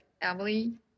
Emily